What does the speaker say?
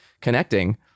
connecting